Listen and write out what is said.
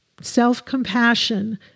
Self-compassion